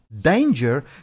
Danger